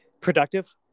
productive